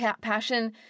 passion